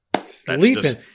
Sleeping